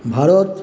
Bharat